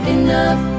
enough